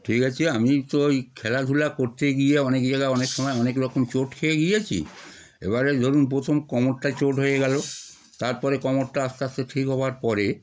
ঠিক আছে আমি তো ওই খেলাধুলা করতে গিয়ে অনেক জায়গায় অনেক সময় অনেক রকম চোট খেয়ে গিয়েছি এবারে ধরুন প্রথম কোমরটা চোট হয়ে গেলো তারপরে কোমরটা আস্তে আস্তে ঠিক হওয়ার পরে